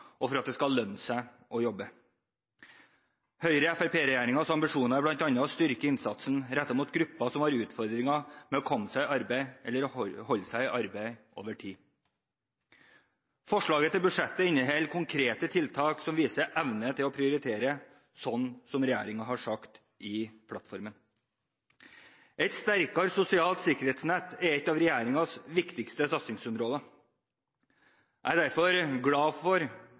og for at det skal lønne seg å jobbe. Høyre–Fremskrittsparti-regjeringens ambisjoner er bl.a. å styrke innsatsen som er rettet mot grupper som har utfordringer med å komme seg i arbeid eller holde seg i arbeid over tid. Forslaget til budsjett inneholder konkrete tiltak som viser evne til å prioritere, slik regjeringen har sagt i plattformen. Et sterkere sosialt sikkerhetsnett er et av regjeringens viktigste satsingsområder. Jeg er derfor glad for